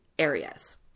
areas